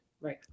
Right